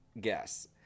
guess